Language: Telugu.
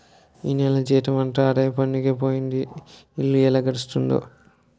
ఈ నెల జీతమంతా ఆదాయ పన్నుకే పోయింది ఇల్లు ఎలా గడుస్తుందో